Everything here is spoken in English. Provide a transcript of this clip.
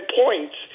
points